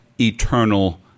eternal